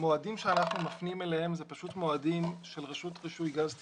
--- המועדים שאנחנו מפנים אליהם הם מועדים של רשות רישוי גז טבעי,